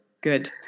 good